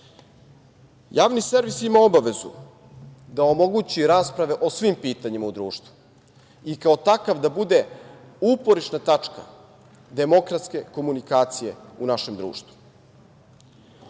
servis ima obavezu da omogući rasprave o svim pitanjima u društvu i kao takav da bude uporišna tačka demokratske komunikacije u našem društvu.